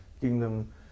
kingdom